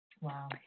Wow